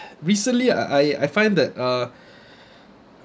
recently I I find that uh